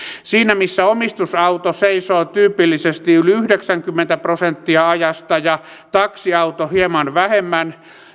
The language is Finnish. siinä missä omistusauto seisoo tyypillisesti yli yhdeksänkymmentä prosenttia ajasta ja taksiauto hieman vähemmän